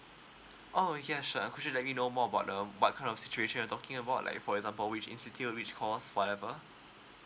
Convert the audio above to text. oh ya sure sure could you let me know more about um what kind of situation you're talking about like for example which institute which course whatever